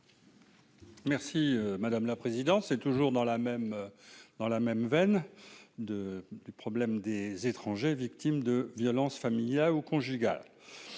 Merci madame la présidence, c'est toujours dans la même dans la même veine de le problème des étrangers victimes de violences familiales ou conjugales